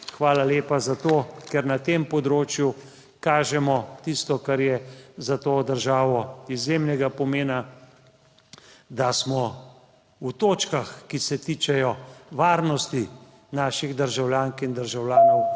hvala lepa zato, ker na tem področju kažemo tisto, kar je za to državo izjemnega pomena, da smo v točkah, ki se tičejo varnosti naših državljank in državljanov,